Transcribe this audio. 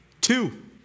Two